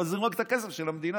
רק מפזרים את הכסף של המדינה.